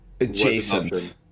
adjacent